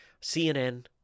cnn